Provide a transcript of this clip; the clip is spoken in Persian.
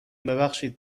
ببخشید